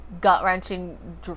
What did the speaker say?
gut-wrenching